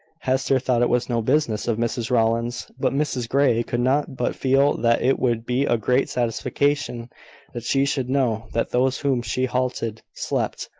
hester thought it was no business of mrs rowland's but mrs grey could not but feel that it would be a great satisfaction that she should know that those whom she hated, slept.